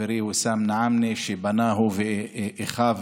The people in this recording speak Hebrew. שנחברי ויסאם נעאמנה בנה, הוא ואחיו,